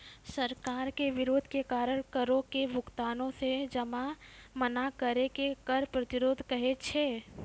सरकार के विरोध के कारण करो के भुगतानो से मना करै के कर प्रतिरोध कहै छै